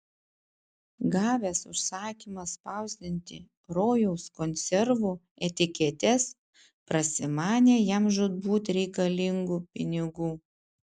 gavęs užsakymą spausdinti rojaus konservų etiketes prasimanė jam žūtbūt reikalingų pinigų